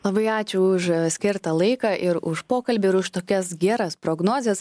labai ačiū už skirtą laiką ir už pokalbį ir už tokias geras prognozes